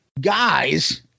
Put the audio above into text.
guys